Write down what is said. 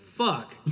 Fuck